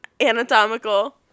anatomical